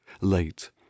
late